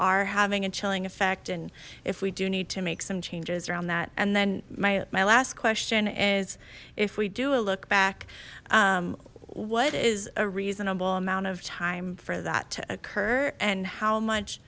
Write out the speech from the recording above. are having a chilling effect and if we do need to make some changes around that and then my last question is if we do a look back what is a reasonable amount of time for that to occur and how